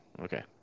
Okay